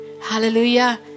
Hallelujah